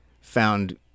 found